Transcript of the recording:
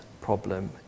problem